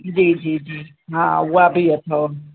जी जी जी हा उहा बि अथव